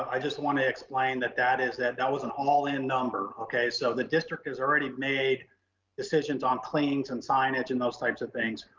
i just want to explain that that is, that that was an all in number okay. so the district has already made decisions on cleanings and signage and those types of things.